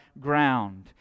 ground